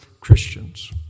Christians